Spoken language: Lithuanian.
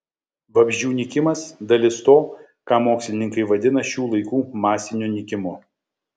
vabzdžių nykimas dalis to ką mokslininkai vadina šių laikų masiniu nykimu